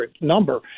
number